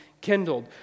kindled